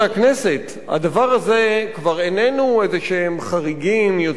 הדבר הזה כבר איננו איזה חריגים יוצאי דופן,